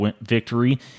victory